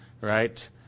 Right